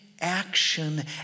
action